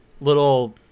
little